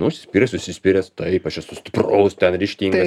nu užsispyręs užsispyręs taip aš esu stipraus ten ryžtingas